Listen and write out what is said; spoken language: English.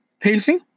pacing